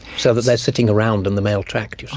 so that they are sitting around in the male tract, you